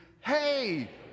Hey